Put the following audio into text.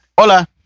Hola